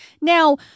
Now